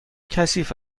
کثیف